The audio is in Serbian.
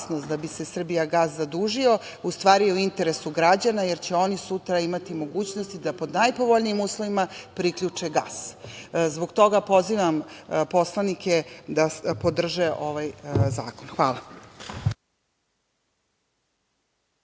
da bi se „Srbijagas“ zadužio u stvari u interesu građana jer će oni sutra imati mogućnost da pod najpovoljnijim uslovima priključe gas. Zbog toga pozivam poslanike da podrže ovaj zakon. Hvala.